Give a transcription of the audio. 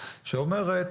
שאומרת,